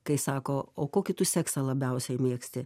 kai sako o kokį tu seksą labiausiai mėgsti